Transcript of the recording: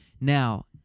Now